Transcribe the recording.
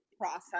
process